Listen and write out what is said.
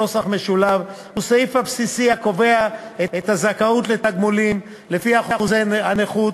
הוא הסעיף הבסיסי הקובע את הזכאות לתגמולים לפי אחוזי הנכות.